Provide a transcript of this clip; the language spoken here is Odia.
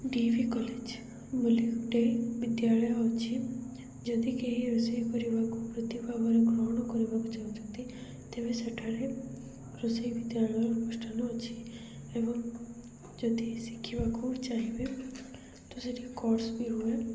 ଡି ଏ ଭି କଲେଜ୍ ବୋଲି ଗୋଟେ ବିଦ୍ୟାଳୟ ଅଛି ଯଦି କେହି ରୋଷେଇ କରିବାକୁ ବୃତ୍ତି ଭାବରେ ଗ୍ରହଣ କରିବାକୁ ଚାହୁଁଛନ୍ତି ତେବେ ସେଠାରେ ରୋଷେଇ ବିଦ୍ୟାଳୟ ଅନୁଷ୍ଠାନ ଅଛି ଏବଂ ଯଦି ଶିଖିବାକୁ ଚାହିଁବେ ତ ସେଠି କୋର୍ସ ବି ହୁଏ